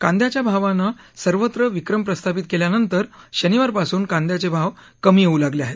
कांद्याच्या भावानं सर्वत्र विक्रम प्रस्थापित केल्यानंतर शनिवारपासून कांद्याचे भाव कमी होऊ लागले आहेत